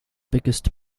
biggest